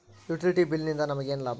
Utility bill ನಿಂದ್ ನಮಗೇನ ಲಾಭಾ?